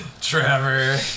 Trevor